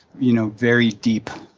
you know, very deep